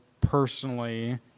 personally